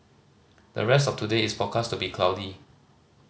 the rest of today is forecast to be cloudy